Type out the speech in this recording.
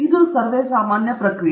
ಅದು ಸಾಮಾನ್ಯ ಪ್ರಕ್ರಿಯೆ